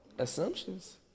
Assumptions